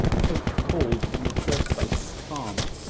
hope called from the first boat to the farmer,